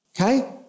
Okay